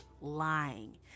lying